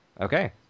Okay